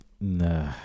Nah